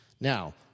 Now